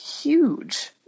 huge